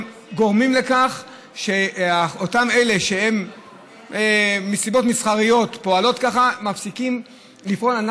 אתם גורמים לכך שאלה שפועלים כך מסיבות מסחריות מפסיקים לפעול כך,